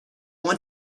want